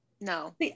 No